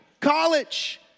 college